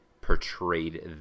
portrayed